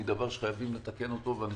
זה דבר שצריכים לתקן אותו והוא